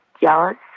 jealous